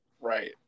right